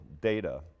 data